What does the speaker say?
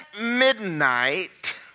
midnight